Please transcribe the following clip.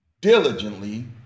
diligently